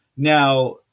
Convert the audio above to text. Now